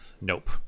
nope